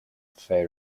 faoi